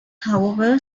however